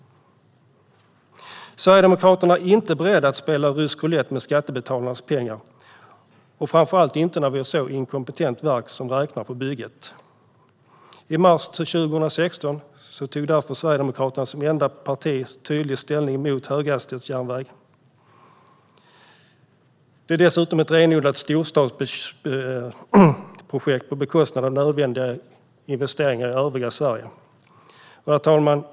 Sverigedemokraterna är inte beredda att spela rysk roulett med skattebetalarnas pengar, framför allt inte när vi har ett så inkompetent verk som räknar på bygget. I mars 2016 tog därför Sverigedemokraterna som enda parti tydlig ställning mot höghastighetsjärnväg. Det är dessutom ett renodlat storstadsprojekt på bekostnad av nödvändiga investeringar i övriga Sverige. Herr talman!